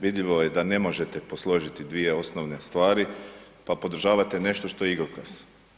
Vidljivo je da ne možete posložiti dvije osnovne stvari pa podržavate nešto što je igrokaz.